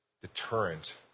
deterrent